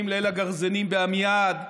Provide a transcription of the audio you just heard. ליל הגרזינים באלעד,